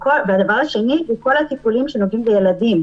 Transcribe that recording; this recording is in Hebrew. והדבר השני זה כל הטיפולים שנוגעים לילדים,